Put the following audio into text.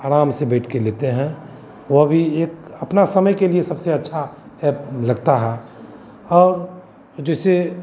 आराम से बैठ कर लेते हैं वह भी एक अपना समय के लिए सबसे अच्छा ऐप लगता है और जैसे